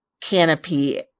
canopy